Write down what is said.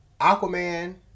Aquaman